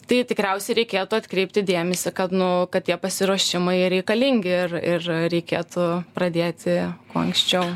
tai tikriausiai reikėtų atkreipti dėmesį kad nu kad tie pasiruošimai reikalingi ir ir reikėtų pradėti kuo anksčiau